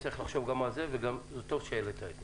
יש לחשוב על כך וטוב שהעלית את זה.